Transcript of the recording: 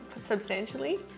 substantially